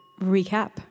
Recap